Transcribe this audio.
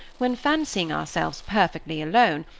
when, fancying ourselves perfectly alone,